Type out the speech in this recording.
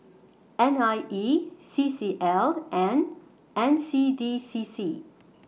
N I E C C L and N C D C C